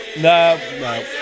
No